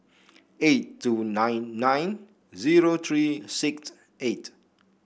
eight two nine nine zero three six eight